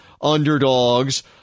underdogs